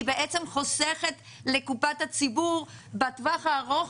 חוסכת לקופת הציבור בטווח הארוך